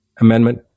amendment